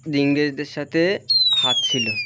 ইংরেজদের সাথে হাত ছিলো